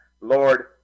Lord